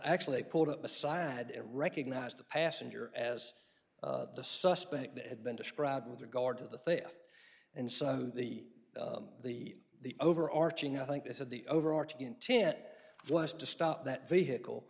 actually put it aside and recognize the passenger as the suspect that had been described with regard to the theft and suddenly the the overarching i think they said the overarching intent was to stop that vehicle